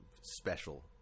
special